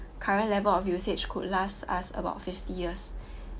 current level of usage could last us about fifty years